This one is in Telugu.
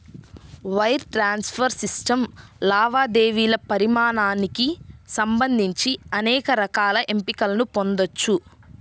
వైర్ ట్రాన్స్ఫర్ సిస్టమ్ లావాదేవీల పరిమాణానికి సంబంధించి అనేక రకాల ఎంపికలను పొందొచ్చు